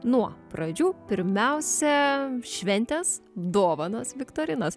nuo pradžių pirmiausia šventės dovanos viktorinos